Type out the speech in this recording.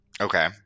Okay